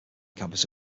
campus